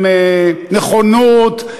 עם נכונות,